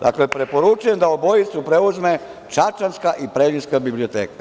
Dakle, preporučujem da obojicu preuzme čačanska i preljinska biblioteka.